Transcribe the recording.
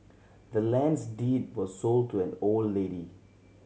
the land's deed was sold to an old lady